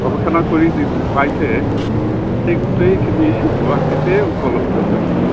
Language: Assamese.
গৱেষণা কৰি যিটো পাইছে এই গোটেইখিনি গুৱাহাটীতেই উপলব্ধ হৈছে